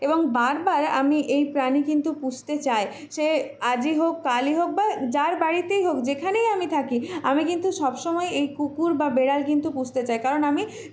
এবং বারবার আমি এই প্রাণী কিন্তু পুষতে চাই সে আজই হোক কালই হোক বা যার বাড়িতেই হোক যেখানেই আমি থাকি আমি কিন্তু সব সময় এই কুকুর বা বেড়াল কিন্তু পুষতে চাই কারণ আমি